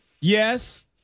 Yes